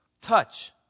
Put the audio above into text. touch